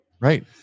Right